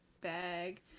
bag